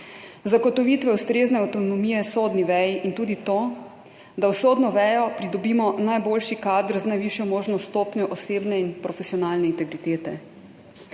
zagotovitvi ustrezne avtonomije sodni veji in tudi to, da v sodno vejo pridobimo najboljši kader z najvišjo možno stopnjo osebne in profesionalne integritete.